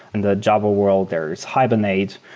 and the java world, there's hibernate,